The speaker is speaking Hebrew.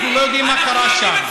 אנחנו לא יודעים מה קרה שם.